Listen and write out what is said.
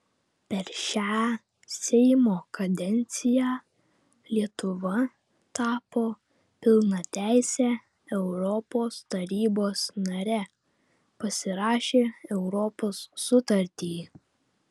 per šią seimo kadenciją lietuva tapo pilnateise europos tarybos nare pasirašė europos sutartį